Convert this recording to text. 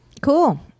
Cool